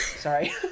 Sorry